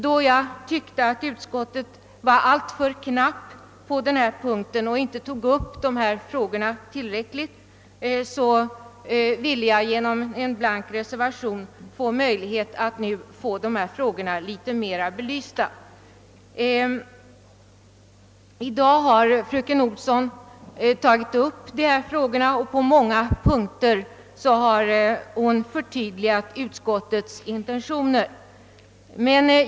Då jag ansåg att utskottsutlåtandet var alltför knapphändigt på den här punkten, så ville jag genom en blank reservation ta tillfället i akt att få problemen bättre belysta. Fröken Olsson har nu i många avseenden förtydligat utskottets intentioner.